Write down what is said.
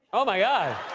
oh, my god.